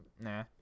Nah